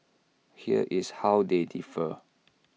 here is how they differ